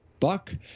buck